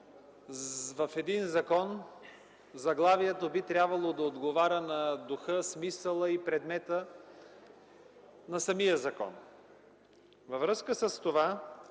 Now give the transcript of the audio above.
в един закон заглавието би трябвало да отговаря на духа, смисъла и предмета на самия закон.